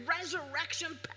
resurrection